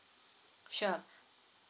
sure